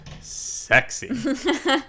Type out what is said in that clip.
sexy